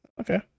Okay